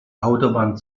autobahn